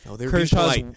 Kershaw's